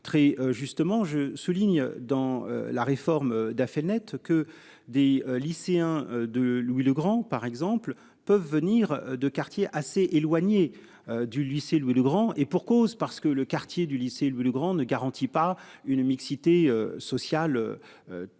très justement je souligne dans la réforme d'Affelnet que des lycéens de Louis-le-Grand par exemple peuvent venir de quartier assez éloigné du lycée Louis-le-Grand et pour cause, parce que le quartier du lycée le plus grand ne garantit pas une mixité sociale. Tous très